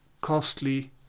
costly